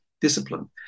discipline